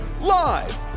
live